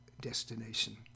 destination